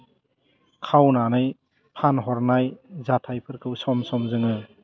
खावनानै फानहरनाय जाथाइफोरखौ सम सम जोङो